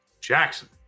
Jackson